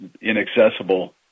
inaccessible